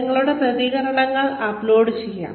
നിങ്ങളുടെ പ്രതികരണങ്ങൾ അപ്ലോഡ് ചെയ്യാം